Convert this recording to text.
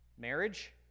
Marriage